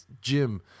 gym